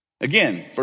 Again